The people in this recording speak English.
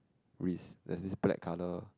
wrist does it black colour